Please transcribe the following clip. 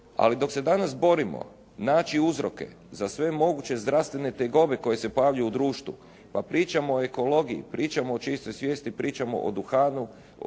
Ali dok se danas borimo naći uzroke za sve moguće zdravstvene tegobe koje se pojavljuju u društvu pa pričamo o ekologiji, pričamo o čistoj svijesti, pričamo o duhanu,